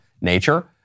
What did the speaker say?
nature